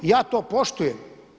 Ja to poštujem.